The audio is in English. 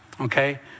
okay